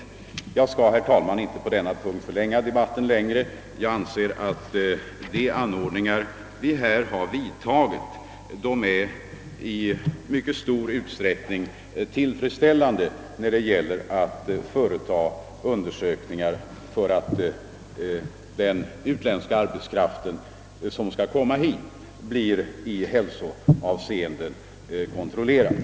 Herr talman! Jag skall inte förlänga debatten på denna punkt. Jag anser att de åtgärder som vidtagits för att i hälsoavseende undersöka den utländska arbetskraft som genom svenska statens medverkan kommer till Sverige är tillfredsställande.